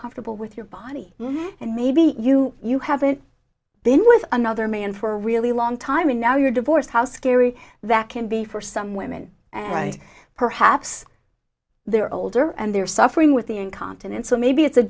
comfortable with your body and maybe you you haven't been with another man for a really long time and now you're divorced how scary that can be for some women and perhaps they're older and they're suffering with the incontinence so maybe it's a